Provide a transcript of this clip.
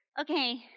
Okay